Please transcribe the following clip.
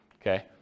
Okay